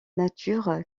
nature